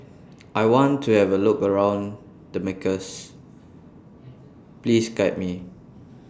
I want to Have A Look around Damascus Please Guide Me